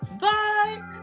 Bye